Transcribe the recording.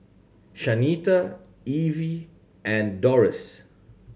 Shanita Evie and Doris